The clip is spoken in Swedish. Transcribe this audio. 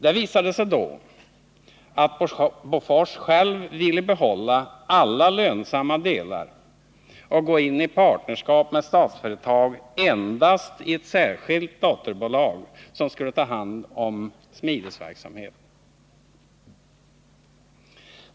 Det visade sig då att Bofors självt ville behålla alla lönsamma delar och gå in i partnerskap med Statsföretag endast i ett särskilt dotterbolag som skulle ta hand om smidesverksamheten.